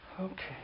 Okay